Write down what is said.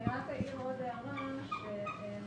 היום